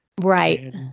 Right